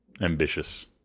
ambitious